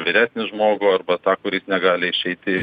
vyresnį žmogų arba tą kuris negali išeiti